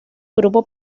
grupo